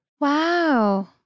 Wow